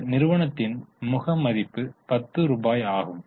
இந்த நிறுவனத்தின் முக மதிப்பு 10 ரூபாயாகும்